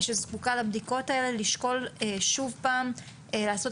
שזקוקה לבדיקות האלה לשקול שוב פעם לעשות